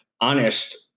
honest